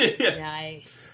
Nice